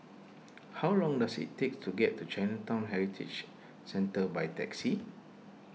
how long does it take to get to Chinatown Heritage Centre by taxi